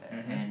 mmhmm